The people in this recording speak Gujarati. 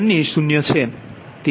5 0